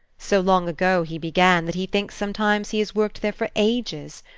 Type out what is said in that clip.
so long ago he began, that he thinks sometimes he has worked there for ages.